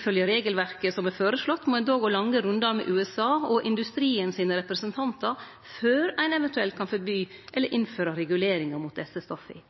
ifølgje regelverket som er føreslått, må ein då gå lange rundar med USA og industriens representantar før ein eventuelt kan forby det eller